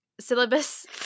syllabus